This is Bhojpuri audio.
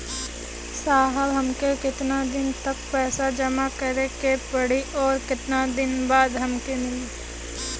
साहब हमके कितना दिन तक पैसा जमा करे के पड़ी और कितना दिन बाद हमके मिली?